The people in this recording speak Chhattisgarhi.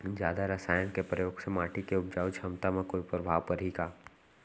जादा रसायन के प्रयोग से माटी के उपजाऊ क्षमता म कोई प्रभाव पड़ही का?